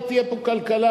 לא תהיה פה כלכלה.